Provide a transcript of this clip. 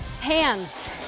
Hands